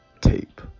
tape